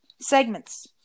Segments